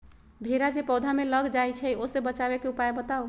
भेरा जे पौधा में लग जाइछई ओ से बचाबे के उपाय बताऊँ?